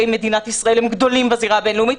מדינת ישראל הם גדולים בזירה הבין-לאומית.